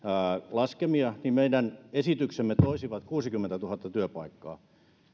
laskemia nämä meidän esityksemme toisivat kuusikymmentätuhatta työpaikkaa